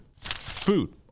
Food